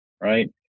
right